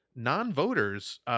non-voters